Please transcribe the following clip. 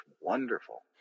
wonderful